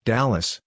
Dallas